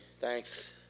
Thanks